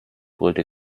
brüllte